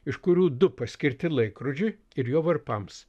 iš kurių du paskirti laikrodžiui ir jo varpams